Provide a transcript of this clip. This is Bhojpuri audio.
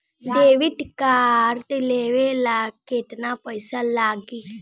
डेबिट कार्ड लेवे ला केतना पईसा लागी?